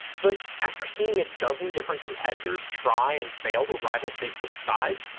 but, after seeing a dozen different competitors try and fail to rival facebook's size,